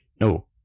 no